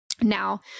Now